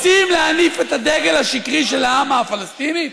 רוצים להניף את הדגל השקרי של העם הפלסטיני?